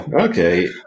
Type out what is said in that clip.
Okay